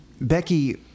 Becky